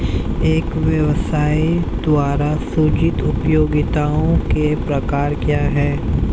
एक व्यवसाय द्वारा सृजित उपयोगिताओं के प्रकार क्या हैं?